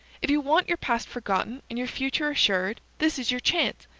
if you want your past forgotten, and your future assured, this is your chance.